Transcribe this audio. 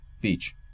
Beach